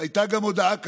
הייתה גם הודעה כזאת: